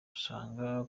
usanga